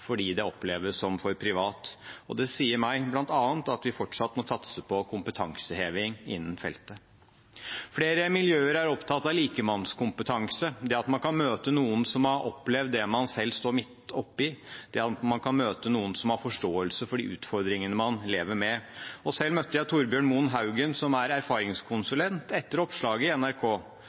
fordi det oppleves som for privat. Det sier meg bl.a. at vi fortsatt må satse på kompetanseheving innen feltet. Flere miljøer er opptatt av likemannskompetanse – det at man kan møte noen som har opplevd det man selv står midt oppe i, det at man kan møte noen som har forståelse for de utfordringene man lever med. Selv møtte jeg Torbjørn Mohn-Haugen, som er erfaringskonsulent, etter oppslaget i NRK.